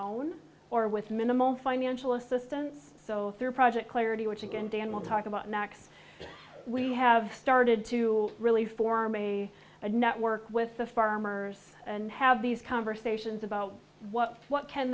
own or with minimal financial assistance so their project clarity which again dan will talk about next we have started to really form a network with the farmers and have these conversations about what what can